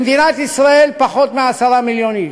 במדינת ישראל פחות מ-10 מיליון איש.